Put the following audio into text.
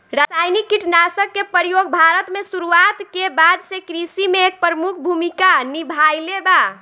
रासायनिक कीटनाशक के प्रयोग भारत में शुरुआत के बाद से कृषि में एक प्रमुख भूमिका निभाइले बा